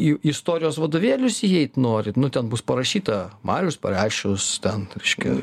į istorijos vadovėlius įeit norit nu ten bus parašyta marius pareščius ten reiškia